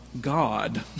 God